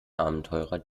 abenteurer